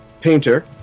painter